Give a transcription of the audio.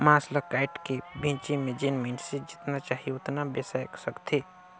मांस ल कायट के बेचे में जेन मइनसे जेतना चाही ओतना बेसाय सकथे